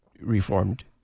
reformed